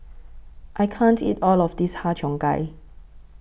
I can't eat All of This Har Cheong Gai